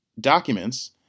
documents